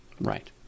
Right